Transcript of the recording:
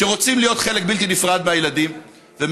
שרוצים להיות חלק בלתי נפרד מהחיים של הילדים שלהם,